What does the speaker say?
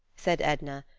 said edna,